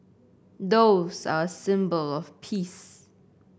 doves are a symbol of peace